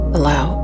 Allow